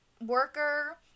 worker